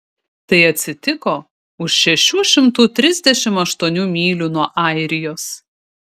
tai atsitiko už šešių šimtų trisdešimt aštuonių mylių nuo airijos